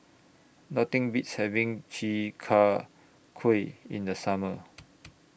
Nothing Beats having Chi Kak Kuih in The Summer